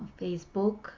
Facebook